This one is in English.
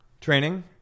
Training